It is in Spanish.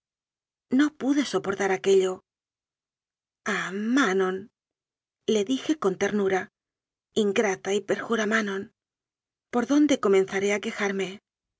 no pude so portar aquéllo ah manonle dije con ternu ra ingrata y perjura manon por dónde comenzai'é a quejarme